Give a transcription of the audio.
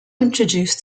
introduced